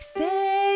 say